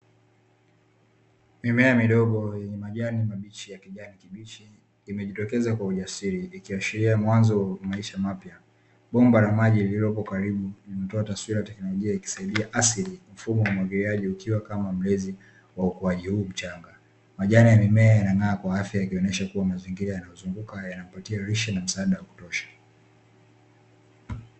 Mimea midogo yenye Majani mabichi ya kijani kibichi imejitokeza kwa ujasiri ikiashilia mwanzo wa maisha mapya, bomba la maji ililoko karibu likitoa taswira ya tekinologia ya asili ya Mfumo wa umwagiliaji ukiwa kama mlezi wa ukuwaji huu mchanga, Majani ya mimea yanang'aa kwa afya yakionesha kuwa mazingira yanayoizunguka yanawapatia lishe na msaada wa kutosha.